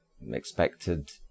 expected